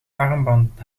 armband